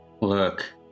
Look